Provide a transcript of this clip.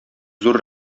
зур